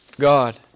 God